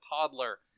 toddler